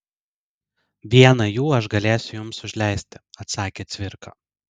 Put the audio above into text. vieną jų aš galėsiu jums užleisti atsakė cvirka